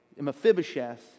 Mephibosheth